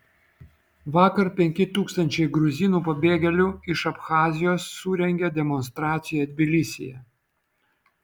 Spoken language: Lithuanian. vakar penki tūkstančiai gruzinų pabėgėlių iš abchazijos surengė demonstraciją tbilisyje